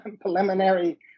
preliminary